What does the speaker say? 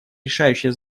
решающее